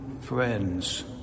friends